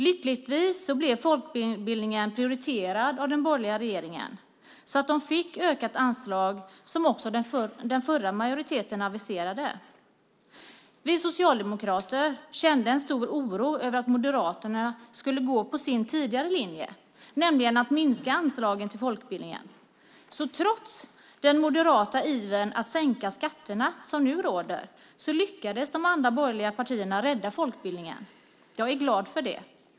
Lyckligtvis blev folkbildningen prioriterad av den borgerliga regeringen så att den fick ökat anslag, vilket också den förra regeringen aviserade. Vi socialdemokrater kände en stor oro över att Moderaterna skulle gå på sin tidigare linje, nämligen att minska anslagen till folkbildningen. Trots den moderata iver att sänka skatterna som nu råder lyckades de andra borgerliga partierna rädda folkbildningen. Jag är glad för det.